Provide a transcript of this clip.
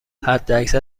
حداکثر